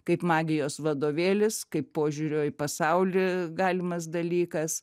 kaip magijos vadovėlis kaip požiūrio į pasaulį galimas dalykas